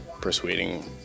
persuading